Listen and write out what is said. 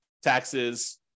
taxes